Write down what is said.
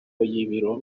y’ibiro